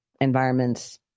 environments